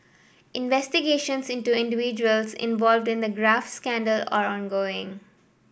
investigations into individuals involved in the graft scandal are ongoing